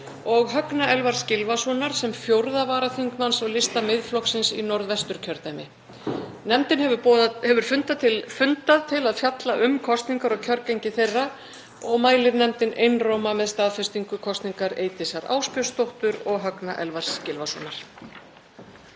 og Högna Elfars Gylfasonar sem 4. varaþingmanns á lista Miðflokksins í Norðvesturkjördæmi. Nefndin hefur fundað til að fjalla um kosningar og kjörgengi þeirra og mælir nefndin einróma með staðfestingu kosningar Eydísar Ásbjörnsdóttur og Högna Elfars Gylfasonar.